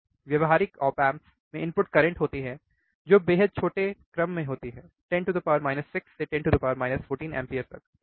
व्यावहारिक op amp में input current होती हैं जो बेहद छोटे क्रम में होती है 10 6 से 10 14 एम्पियर तक ठीक